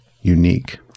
unique